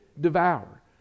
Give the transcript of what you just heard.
devour